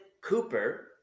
Cooper